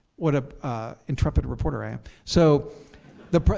what a intrepid reporter i am. so the,